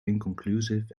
inconclusive